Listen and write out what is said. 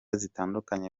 zitandukanye